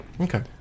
Okay